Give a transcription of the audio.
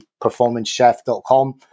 performancechef.com